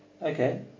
Okay